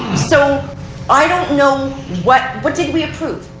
so i don't know what what did we approve?